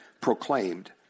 proclaimed